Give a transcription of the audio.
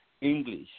English